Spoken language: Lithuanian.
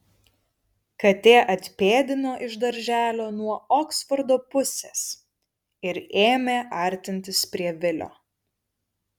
katė atpėdino iš darželio nuo oksfordo pusės ir ėmė artintis prie vilio